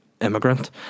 immigrant